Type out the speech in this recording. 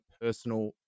personal